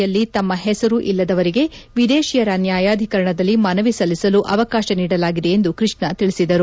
ಯಲ್ಲಿ ತಮ್ಮ ಹೆಸರು ಇಲ್ಲದವರಿಗೆ ವಿದೇಶೀಯರ ನ್ಯಾಯಾಧಿಕರಣದಲ್ಲಿ ಮನವಿ ಸಲ್ಲಿಸಲು ಅವಕಾಶ ನೀಡಲಾಗಿದೆ ಎಂದು ಕೃಷ್ಣ ತಿಳಿಸಿದರು